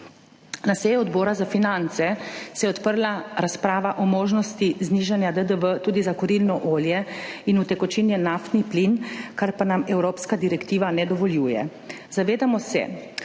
Na seji Odbora za finance se je odprla razprava o možnosti znižanja DDV tudi za kurilno olje in utekočinjen naftni plin, kar pa nam evropska direktiva ne dovoljuje. Zavedamo se,